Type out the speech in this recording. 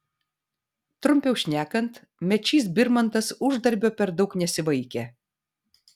trumpiau šnekant mečys birmantas uždarbio per daug nesivaikė